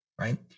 right